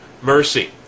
mercy